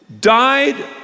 died